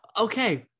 Okay